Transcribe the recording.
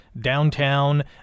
downtown